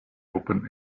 open